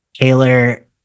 Taylor